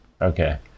okay